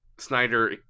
Snyder